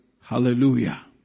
Hallelujah